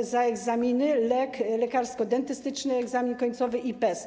za egzaminy: LEK, lekarsko-dentystyczny egzamin końcowy, i PES.